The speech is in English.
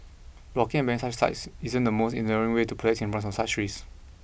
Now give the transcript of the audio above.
blocking and banning such sites isn't the most enduring way to protect Singaporeans from such risks